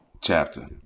chapter